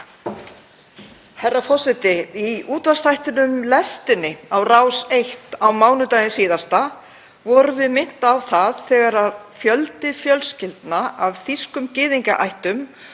Herra forseti. Í útvarpsþættinum Lestinni á Rás eitt á mánudaginn síðasta vorum við minnt á það þegar fjöldi fjölskyldna af þýskum gyðingaættum